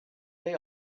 they